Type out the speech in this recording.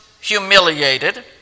humiliated